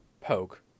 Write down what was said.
poke